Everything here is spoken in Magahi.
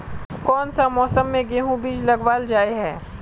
कोन सा मौसम में गेंहू के बीज लगावल जाय है